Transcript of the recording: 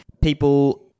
people